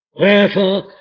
Wherefore